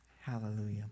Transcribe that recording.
Hallelujah